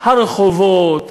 הרחובות,